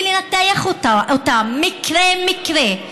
לנתח אותם מקרה-מקרה,